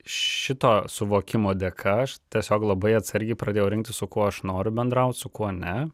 šito suvokimo dėka aš tiesiog labai atsargiai pradėjau rinktis su kuo aš noriu bendraut su kuo ne